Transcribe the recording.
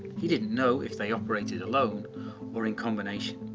he didn't know if they operated alone or in combination,